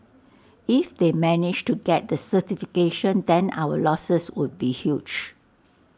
if they managed to get the certification then our losses would be huge